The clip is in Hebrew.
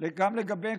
וגם לגביהם,